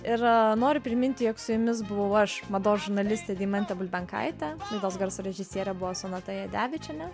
ir noriu priminti jog su jumis buvau aš mados žurnalistė deimantė bulbenkaitė mados garso režisierė buvo sonata jadevičienė